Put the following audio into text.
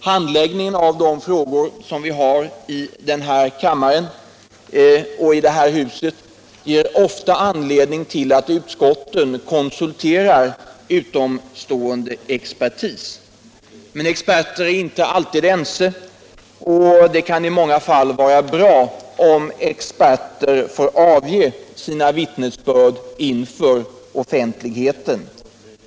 Handläggningen av de frågor som vi har att besluta om i denna kammare och i det här huset ger ofta anledning till att utskotten konsulterar utomstående expertis. Men experter är inte alltid ense, och det kan i många fall vara bra om experter får avge sina vittnesbörd inför offentligheten.